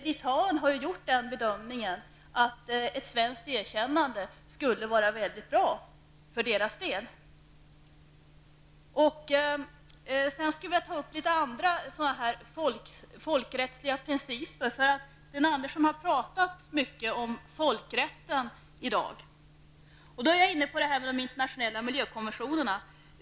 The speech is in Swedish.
Litauen har ju gjort den bedömningen att ett svenskt erkännande skulle vara mycket bra för dess del. Sedan skulle jag vilja ta upp en del andra folkrättsliga principer. Sten Andersson har talat mycket om folkrätten i dag. Då är jag inne på de internationella miljökonventionerna.